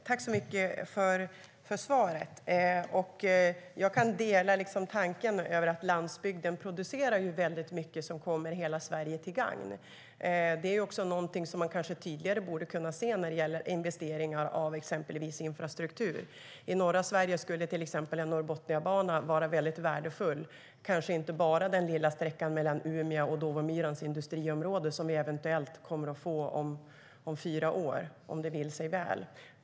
Herr ålderspresident! Jag vill tacka för svaret. Jag kan dela tanken att landsbygden producerar väldigt mycket som kommer hela Sverige till gagn. Det borde man kanske kunna se tydligare resultat av när det gäller investeringar i exempelvis infrastruktur. I norra Sverige skulle till exempel en norrbotniabana vara värdefull, kanske inte bara den lilla sträckan mellan Umeå och Dåvamyrans industriområde som vi eventuellt kommer att få om fyra år - om det vill sig väl.